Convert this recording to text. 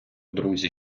друзі